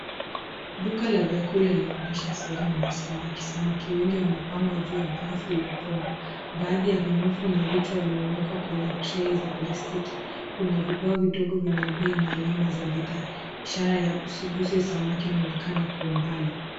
Duka la vyakula linaonyesha sehemu ya samaki. Samaki wengi wamepangawa juu ya barafu iliyopondwa. Baadhi ya minofu na vichwa vimewekwa kwenye tray za plastiki. Kuna vibao vidogo vyenye bei na alama za bidhaa. Ishara ya usiguze samaki inaonekana kwa umbali.